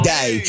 Day